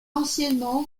anciennement